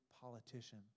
politician